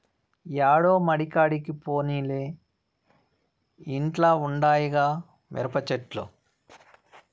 యాడో మడికాడికి పోనేలే ఇంట్ల ఉండాయిగా మిరపచెట్లు